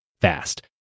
fast